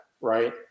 Right